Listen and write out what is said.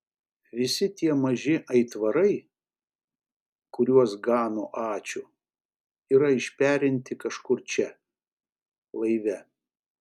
visi tie maži aitvarai kuriuos gano ačiū yra išperinti kažkur čia laive